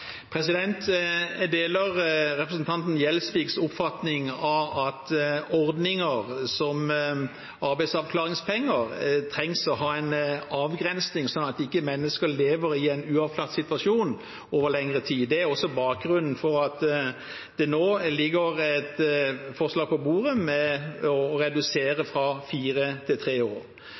Jeg deler representanten Gjelsviks oppfatning av at ordninger som arbeidsavklaringspenger trenger en avgrensning, slik at ikke mennesker lever i en uavklart situasjon over lengre tid. Det er også bakgrunnen for at det nå ligger et forslag på bordet om å redusere ordningen fra fire til tre år.